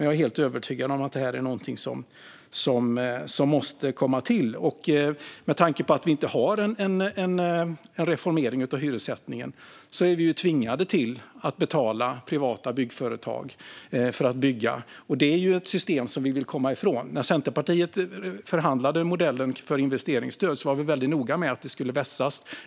Jag är helt övertygad om att detta är någonting som måste komma till. Med tanke på att vi inte har en reformering av hyressättningen är vi tvingade att betala privata byggföretag för att bygga, och det är ju ett system som vi vill komma ifrån. När vi i Centerpartiet förhandlade om modellen för investeringsstöd var vi väldigt noga med att detta skulle vässas.